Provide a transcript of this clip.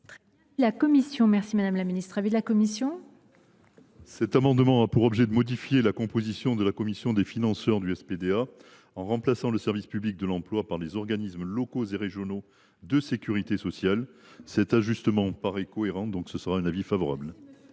à corriger cette erreur. Quel est l’avis de la commission ? Cet amendement a pour objet de modifier la composition de la commission des financeurs du SPDA en remplaçant le service public de l’emploi par les organismes locaux et régionaux de sécurité sociale. Cet ajustement paraît cohérent : avis favorable.